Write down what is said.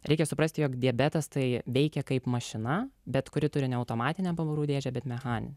reikia suprasti jog diabetas tai veikia kaip mašina bet kuri turi ne automatinę pavarų dėžę bet mechaninę